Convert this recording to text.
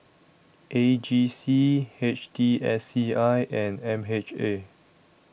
A G C H T S C I and M H A